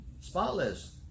spotless